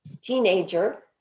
teenager